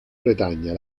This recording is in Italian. bretagna